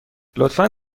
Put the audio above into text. لطفا